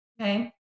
Okay